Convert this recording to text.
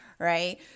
Right